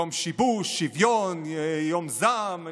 יום שיבוש, שוויון, יום זעם?